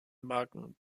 marken